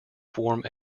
form